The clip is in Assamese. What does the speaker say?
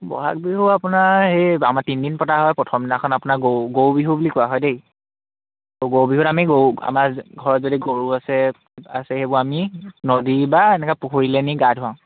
বহাগ বিহু আপোনাৰ এই আমাৰ তিনদিন পতা হয় প্ৰথম দিনাখন আপোনাৰ গৰু গৰু বিহু বুলি কোৱা হয় দেই ত গৰু বিহুত আমি গৰু আমাৰ ঘৰত যদি গৰু আছে আছে সেইবোৰ আমি নদী বা এনেকে পুখুৰীলে নি গা ধুৱাওঁ